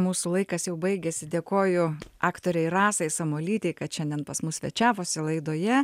mūsų laikas jau baigėsi dėkoju aktorei rasai samuolytei kad šiandien pas mus svečiavosi laidoje